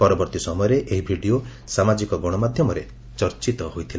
ପରବର୍ଭୀ ସମୟରେ ଏହି ଭିଡ଼ିଓ ସାମାଜିକ ଗଶମାଧ୍ଧମରେ ଚର୍ଚ୍ଚିତ ହୋଇଥିଲା